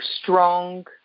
strong